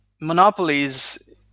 monopolies